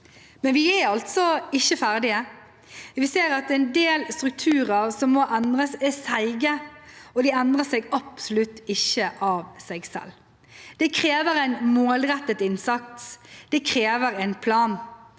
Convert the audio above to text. Men vi er altså ikke ferdig. Vi ser at en del strukturer som må endres, er seige, og de endrer seg absolutt ikke av seg selv. Det krever en målrettet innsats. Det krever en plan.